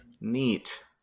Neat